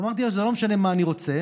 אמרתי לה שלא משנה מה אני רוצה,